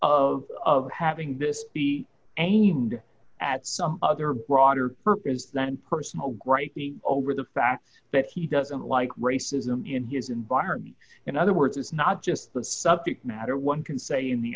intention of having this be aimed at some other broader purpose then personal gripe be over the fact that he doesn't like racism in his environment in other words it's not just the subject matter one can say in the